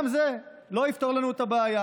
גם זה לא יפתור לנו את הבעיה,